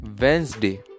Wednesday